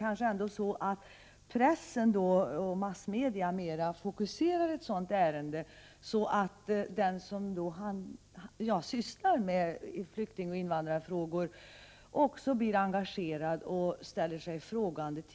Men pressen och massmedia fokuserar intresset för ett sådant ärende på ett sådant sätt att den som arbetar med flyktingoch invandrarfrågor blir engagerad och ställer sig frågan om det